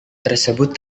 tersebut